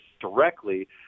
directly